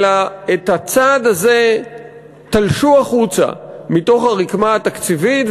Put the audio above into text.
אלא את הצעד הזה תלשו החוצה מתוך הרקמה התקציבית,